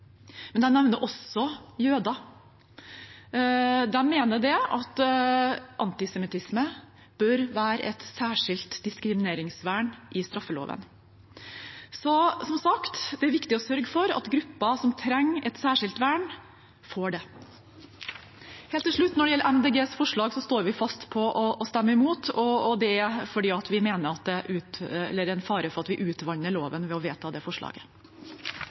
men de nevner også jøder. De mener at antisemittisme bør ha et særskilt diskrimineringsvern i straffeloven. Som sagt: Det er viktig å sørge for at grupper som trenger et særskilt vern, får det. Helt til slutt: Når det gjelder Miljøpartiet De Grønnes forslag, står vi fast på å stemme imot, og det er fordi vi mener det er en fare for at vi utvanner loven ved å vedta det forslaget.